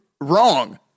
wrong